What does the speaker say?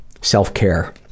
self-care